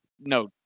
no